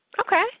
Okay